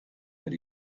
that